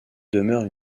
demeurent